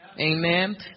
Amen